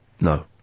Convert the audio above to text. No